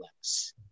less